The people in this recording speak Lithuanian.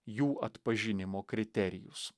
jų atpažinimo kriterijus